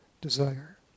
desire